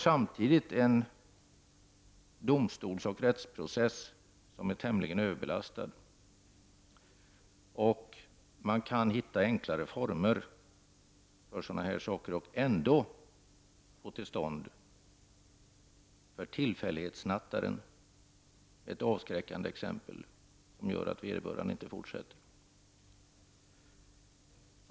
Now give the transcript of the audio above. Samtidigt är domstolsoch rättsprocessen tämligen överbelastad. Man kan här hitta enklare former och ändå få till stånd ett avskräckande exempel för tillfällighetssnattaren, som gör att vederbörande inte fortsätter.